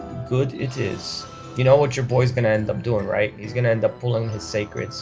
good it is you know what your boy is going to end up doing right he's going to end up pulling his sacred